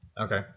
Okay